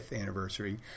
anniversary